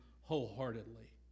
wholeheartedly